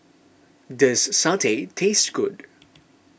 does Satay taste good